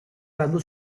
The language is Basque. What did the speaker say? landu